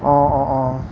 অঁ অঁ অঁ